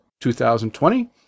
2020